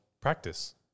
practice